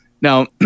Now